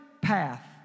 path